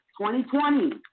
2020